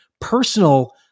personal